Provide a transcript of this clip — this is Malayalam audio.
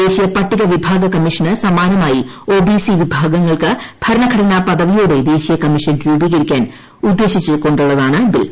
ദേശീയ പട്ടികവിഭാഗ കമ്മീഷന് സമാനമായി ഒ ബി സി വിഭാഗങ്ങൾക്ക് ഭരണഘടനാ പദവിയോടെ ദേശീയ കമ്മീഷൻ രൂപീകരിക്കാൻ ഉദ്ദേശിച്ചുകൊ ുള്ളതാണ് ബിൽ